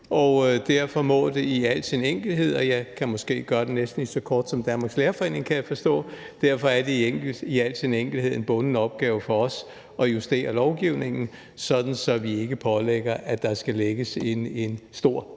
Derfor er det i al sin enkelhed – og jeg kan måske sige det næsten lige så kort, som jeg kan forstå Danmarks Lærerforening har gjort det – en bunden opgave for os at justere lovgivningen, sådan at vi ikke kræver, at der skal lægges en stor